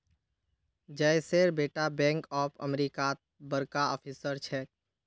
जयेशेर बेटा bank of अमेरिकात बड़का ऑफिसर छेक